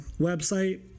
website